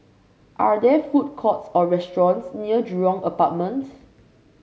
are there food courts or restaurants near Jurong Apartments